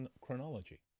chronology